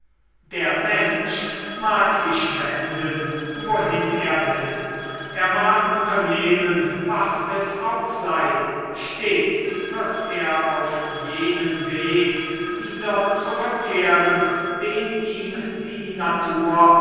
der mensch mag sich wenden wohin er will er mag unternehmen was es auch sei stets wird er auf jenen weg wieder zurückkehren den ihm die natur